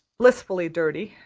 blissfully dirty,